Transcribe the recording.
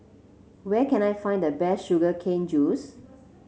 where can I find the best Sugar Cane Juice